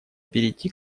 перейти